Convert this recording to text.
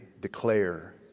declare